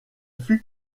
fut